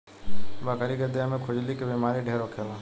बकरी के देह में खजुली के बेमारी ढेर होखेला